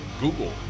Google